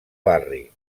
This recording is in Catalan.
barri